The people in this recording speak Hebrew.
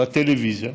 בטלוויזיה,